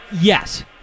yes